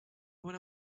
when